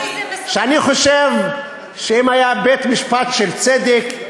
ואני חושב שאם היה בית-משפט של צדק,